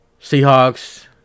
Seahawks